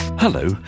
Hello